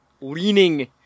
leaning